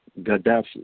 Gaddafi